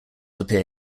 appear